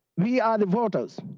we are the voters.